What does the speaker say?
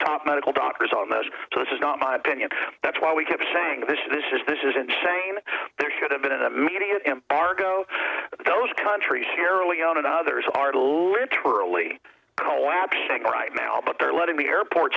top medical doctors on this to this is not my opinion that's why we have a saying this is this is this is insane there should have been an immediate and bargo those countries sierra leon and others are literally collapsing right now but they're letting the airport